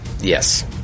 Yes